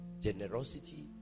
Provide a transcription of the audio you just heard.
generosity